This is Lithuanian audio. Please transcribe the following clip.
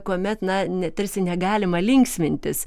kuomet na tarsi negalima linksmintis